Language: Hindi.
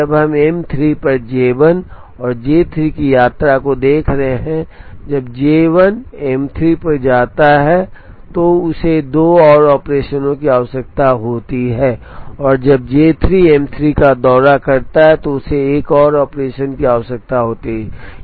जब हम M 3 पर J 1 और J 3 की यात्रा को देख रहे हैं जब J 1 M 3 पर जाता है तो उसे दो और ऑपरेशनों की आवश्यकता होती है और जब J 3 M 3 का दौरा करता है तो उसे एक और ऑपरेशन की आवश्यकता होती है